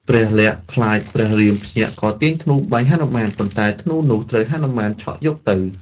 ព្រះលក្សណ៍ ខ្លាចព្រះរាមភ្ញាក់ក៏ទាញធ្នូបាញ់ហនុមាន ប៉ុន្តែធ្នូនោះត្រូវហនុមានឆក់យកទៅ។